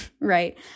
right